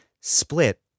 split